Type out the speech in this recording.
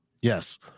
Yes